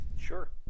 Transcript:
Sure